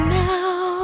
now